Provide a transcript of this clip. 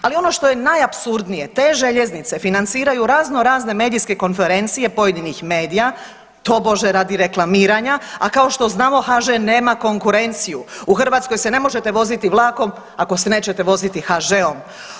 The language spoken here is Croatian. Ali ono što je najapsurdnije, te željeznice financiraju raznorazne medijske konferencije pojedinih medija, tobože radi reklamiranja, a kao što znamo, HŽ nema konkurenciju, u Hrvatskoj se ne možete voziti vlakom ako se nećete voziti HŽ-om.